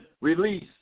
release